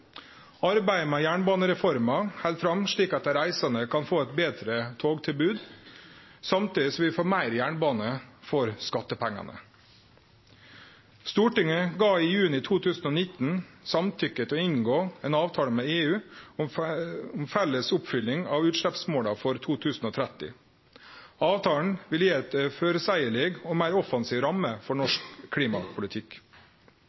Arbeidet med jernbanereforma held fram slik at dei reisande kan få eit betre togtilbod, samtidig som vi får meir jernbane for skattepengane. Stortinget gav i juni 2019 samtykke til å inngå avtale med EU om felles oppfylling av utsleppsmålet for 2030. Avtalen vil gi ei føreseieleg og meir offensiv ramme for